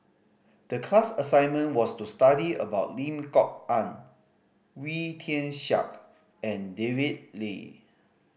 the class assignment was to study about Lim Kok Ann Wee Tian Siak and David Lee